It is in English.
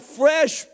fresh